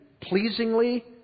pleasingly